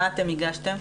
מה אתם הגשתם?